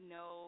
no